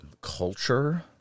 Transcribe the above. culture